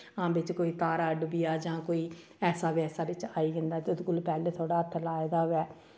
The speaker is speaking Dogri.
हां बिच्च कोई तारा डुब्बी जा जां कोई ऐसा बैसा बिच्च आई जंदा ते ओह्दे कोला पैह्लें हत्थ ल्हाए दा होऐ